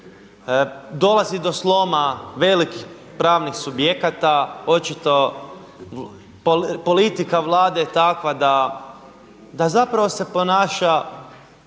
Dolazi do sloma velikih pravnih subjekata, očito politika Vlade je takva da zapravo se ponaša